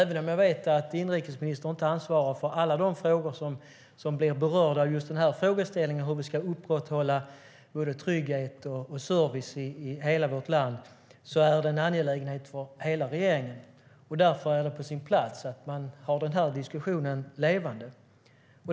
Även om jag vet att inrikesministern inte ansvarar för alla de frågor som berörs av frågan hur vi ska upprätthålla trygghet och service i hela vårt land är det en angelägenhet för hela regeringen, och därför är det på sin plats att man håller den här diskussionen levande.